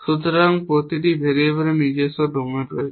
সুতরাং প্রতিটি ভেরিয়েবলের নিজস্ব ডোমেন রয়েছে